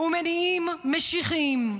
ומניעים משיחיים,